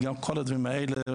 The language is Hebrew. כל הדברים האלה,